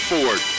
Ford